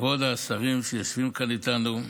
כבוד השרים שיושבים כאן איתנו,